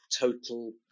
total